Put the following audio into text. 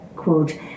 quote